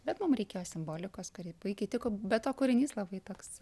bet mum reikėjo simbolikos kuri puikiai tiko be to kūrinys labai toks